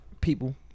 people